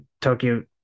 Tokyo